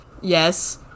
Yes